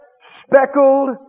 speckled